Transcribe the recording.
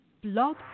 Blog